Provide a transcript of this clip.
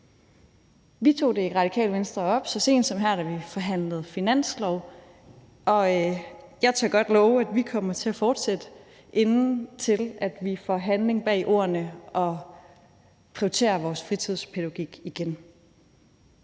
Vi tog det i Radikale Venstre op, så sent som da vi forhandlede finanslov, og jeg tør godt love, at vi kommer til at fortsætte, indtil vi får handling bag ordene og prioriterer vores fritidspædagogik igen.